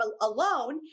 alone